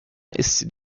ist